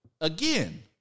again